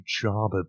job